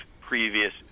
previous